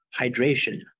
hydration